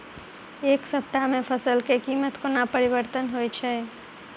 एक सप्ताह मे फसल केँ कीमत कोना परिवर्तन होइ छै?